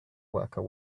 worker